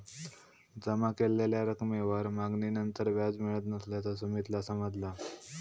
जमा केलेल्या रकमेवर मागणीनंतर व्याज मिळत नसल्याचा सुमीतला समजला